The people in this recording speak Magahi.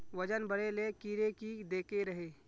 वजन बढे ले कीड़े की देके रहे?